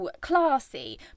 classy